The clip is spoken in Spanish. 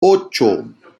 ocho